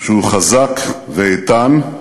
שהוא חזק, ואיתן,